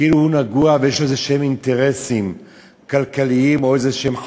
כאילו הוא נגוע ויש לו אינטרסים כלכליים כלשהם,